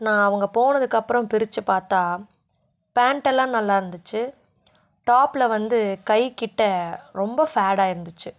நான் அவங்க போனதுக்கப்புறம் பிரிச்சு பார்த்தா பேண்ட்டெல்லாம் நல்லா இருந்துச்சு டாப்ல வந்து கைக்கிட்ட ரொம்ப ஃபேடாக இருந்துச்சு